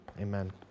amen